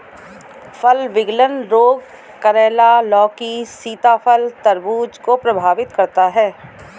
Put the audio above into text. फल विगलन रोग करेला, लौकी, सीताफल, तरबूज को प्रभावित करता है